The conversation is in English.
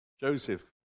Joseph